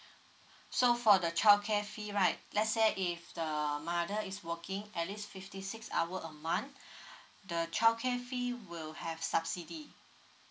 so for the childcare fee right let's say if the mother is working at least fifty six hour a month the childcare fee will have subsidy